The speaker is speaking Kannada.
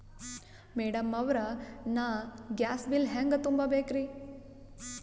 ಮೆಡಂ ಅವ್ರ, ನಾ ಗ್ಯಾಸ್ ಬಿಲ್ ಹೆಂಗ ತುಂಬಾ ಬೇಕ್ರಿ?